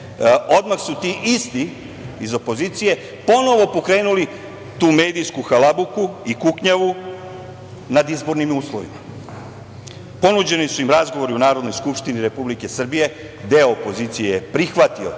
odmah su ti isti iz opozicije ponovo pokrenuli tu medijsku halabuku i kuknjavu nad izbornim uslovima. Ponuđeni su im razgovori u Narodnoj skupštini Republike Srbije. Deo opozicije je prihvatio